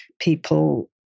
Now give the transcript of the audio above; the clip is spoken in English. people